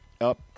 up